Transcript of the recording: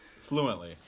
fluently